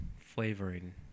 flavoring